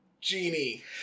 Genie